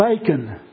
bacon